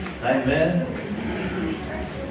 amen